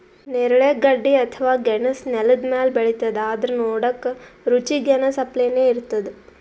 ನೇರಳೆ ಗಡ್ಡಿ ಅಥವಾ ಗೆಣಸ್ ನೆಲ್ದ ಮ್ಯಾಲ್ ಬೆಳಿತದ್ ಆದ್ರ್ ನೋಡಕ್ಕ್ ರುಚಿ ಗೆನಾಸ್ ಅಪ್ಲೆನೇ ಇರ್ತದ್